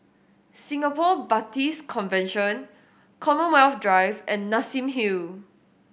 Singapore Baptist Convention Commonwealth Drive and Nassim Hill